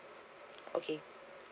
okay